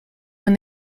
when